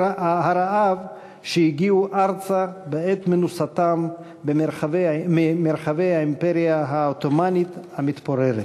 הרעב שהגיעו ארצה בעת מנוסתם ממרחבי האימפריה העות'מאנית המתפוררת.